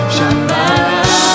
Shambhala